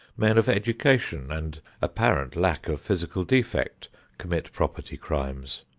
men of education and apparent lack of physical defect commit property crimes.